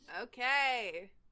okay